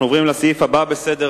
אנחנו עוברים לסעיף הבא בסדר-היום: